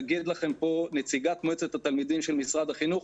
תגיד לכם פה נציגת מועצת התלמידים של משרד החינוך,